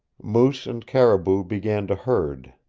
moose and caribou began to herd.